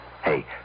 Hey